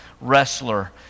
wrestler